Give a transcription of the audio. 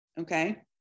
okay